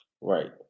right